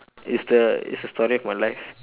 is the is the story of my life